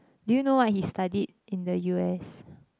do you know what he studied in the U_S